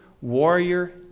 Warrior